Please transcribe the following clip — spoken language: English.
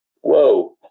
Whoa